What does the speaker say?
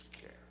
care